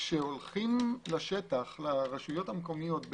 כשהולכים לרשויות המקומיות,